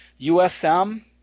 USM